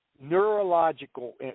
neurological